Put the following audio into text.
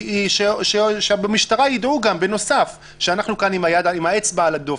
היא שבמשטרה ידעו גם בנוסף שאנחנו כאן עם האצבע על הדופק.